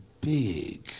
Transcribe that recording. big